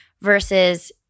versus